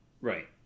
Right